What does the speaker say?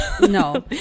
no